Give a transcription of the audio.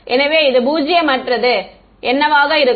எனவே இங்கே பூஜ்ஜியமற்றது என்னவாக இருக்கும்